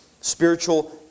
Spiritual